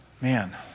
Man